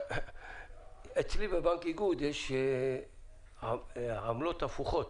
אצלי בבנק איגוד יש עמלות הפוכות.